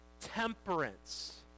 temperance